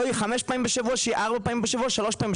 יהיה חמש פעמים בשבוע אלא ארבע או שלוש.